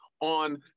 on